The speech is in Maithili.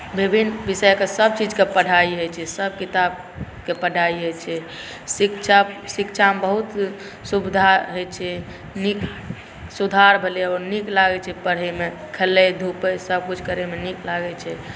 विभिन्न विषयके सबचीजके पढ़ाइ होइ छै सब किताबके पढ़ाइ होइ छै शिक्षा शिक्षामे बहुत सुविधा होइ छै सुधार भेलै नीक लागै छै पढ़ैमे खेलैत धुपैत सबकिछु करैमे नीक लागै छै